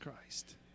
Christ